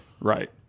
Right